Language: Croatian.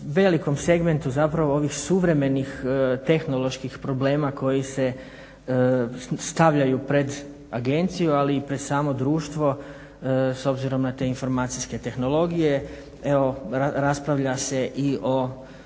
velikom segmentu zapravo ovih suvremenih tehnoloških problema koji se stavljaju pred agenciju, ali i pred samo društvo s obzirom na te informacijske tehnologije. Evo raspravlja se i o